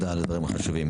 תודה על הדברים החשובים.